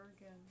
again